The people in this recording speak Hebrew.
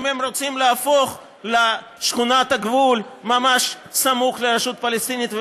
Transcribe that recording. אם הם רוצים להפוך לשכונת הגבול ממש סמוך לרשות הפלסטינית,